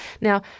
Now